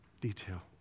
detail